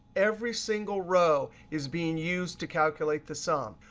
every single row is being used to calculate the sum.